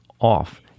off